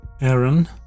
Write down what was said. Aaron